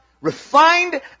refined